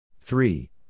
Three